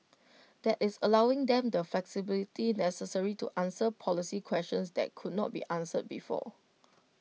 that is allowing them the flexibility necessary to answer policy questions that could not be answered before